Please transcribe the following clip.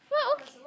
what else